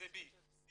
C